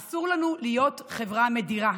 אסור לנו להיות חברה מדירה,